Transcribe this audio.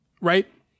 right